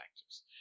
factors